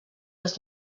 les